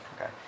Okay